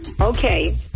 Okay